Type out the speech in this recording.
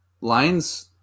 Lines